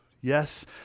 yes